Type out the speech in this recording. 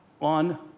on